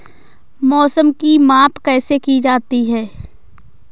मौसम की माप कैसे की जाती है?